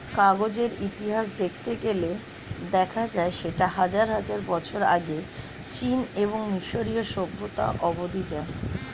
কাগজের ইতিহাস দেখতে গেলে দেখা যায় সেটা হাজার হাজার বছর আগে চীন এবং মিশরীয় সভ্যতা অবধি যায়